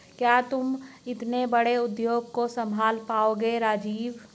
क्या तुम इतने बड़े उद्योग को संभाल पाओगे राजीव?